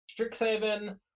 Strixhaven